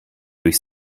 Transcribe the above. durch